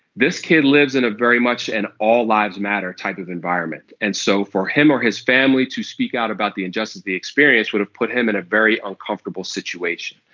this kid lives in a very much. and all lives matter type of environment. and so for him or his family to speak out about the injustice the experience would have put him in a very uncomfortable situation.